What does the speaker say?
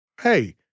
Hey